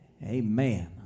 Amen